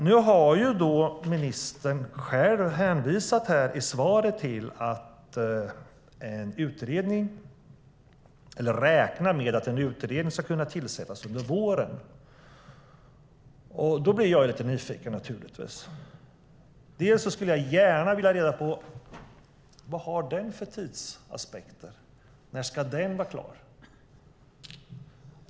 Nu har ministern själv i svaret hänvisat till att hon räknar med att en utredning ska kunna tillsättas under våren. Då blir jag lite nyfiken, naturligtvis. Först skulle jag gärna vilja ha reda på vad den har för tidsaspekter. När ska den vara klar?